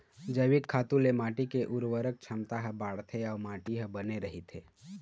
जइविक खातू ले माटी के उरवरक छमता ह बाड़थे अउ माटी ह बने रहिथे